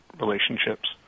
relationships